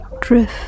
drift